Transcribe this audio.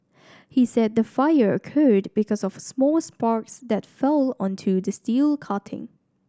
he said the fire occurred because of small sparks that fell onto the steel cutting